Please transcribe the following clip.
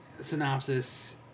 synopsis